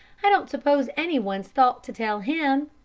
i don't suppose any one's thought to tell him.